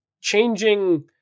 changing